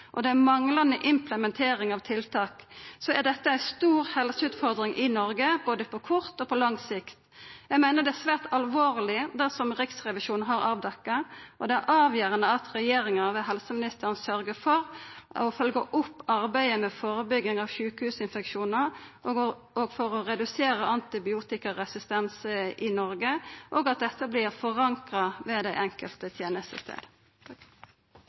og det er manglande iverksetjing av tiltak, så er dette ei stor helseutfordring i Noreg, både på kort og på lang sikt. Eg meiner det som Riksrevisjonen har avdekt, er svært alvorleg, og det er avgjerande at regjeringa ved helseministeren sørgjer for å følgja opp arbeidet med førebygging av sjukehusinfeksjonar og å redusera antibiotikaresistensen i Noreg, og at dette vert forankra ved den enkelte